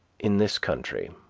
in this country,